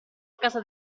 casa